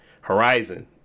Horizon